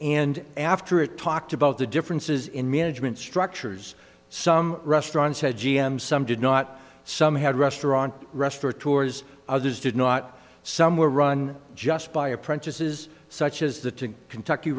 and after it talked about the differences in management structures some restaurants had g m some did not some had restaurant rest for tours others did not some were run just by apprentices such as the kentucky